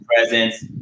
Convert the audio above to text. presence